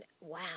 wow